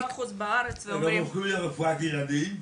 10% בארץ ----- מרפואת ילדים?